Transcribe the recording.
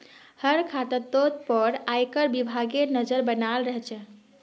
हर खातातोत पर आयकर विभागेर नज़र बनाल रह छे